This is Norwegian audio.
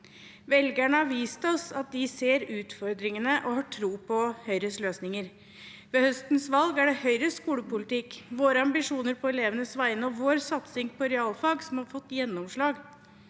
Velgerne har vist oss at de ser utfordringene og har tro på Høyres løsninger. Ved høstens valg er det Høyres skolepolitikk, våre ambisjoner på elevenes vegne og vår satsing på realfag som har fått gjennomslag.